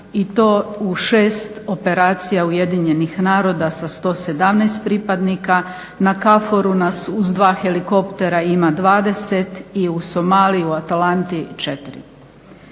i to u 6 operacija Ujedinjenih naroda sa 117 pripadnika. Na KFOR-u uz 2 helikoptera ima 20 i u Somaliji, u Atalanti 4.